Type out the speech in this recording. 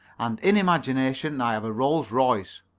and in imagination i have a rolls-royce.